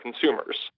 consumers